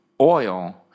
oil